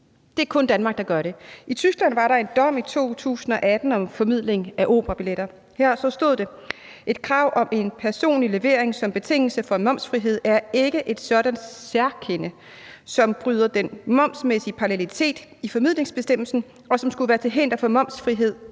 Det er kun Danmark, der gør det. I Tyskland var der en dom i 2018 om formidling af operabilletter. Her stod der: Et krav om en personlig levering som betingelse for momsfrihed er ikke et sådant særkende, som bryder den momsmæssige parallelitet i formidlingsbestemmelsen, og som skulle være til hinder for momsfrihed